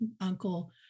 uncle